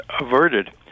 averted